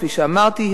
כפי שאמרתי,